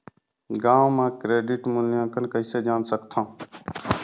गांव म क्रेडिट मूल्यांकन कइसे जान सकथव?